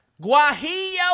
Guajillo